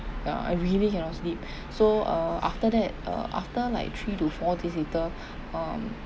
ya I really cannot sleep so err after that uh after like three to four days later um